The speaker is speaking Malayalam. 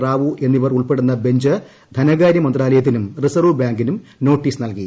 റാവു എന്നിവർ ഉൾപ്പെടുന്ന ബഞ്ച് ധനകാര്യ മന്ത്രാലയത്തിനും റിസർവ് ബാങ്കിനും നോട്ടീസ് നൽകി